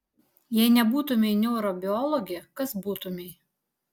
jei nebūtumei neurobiologė kas būtumei